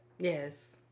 Yes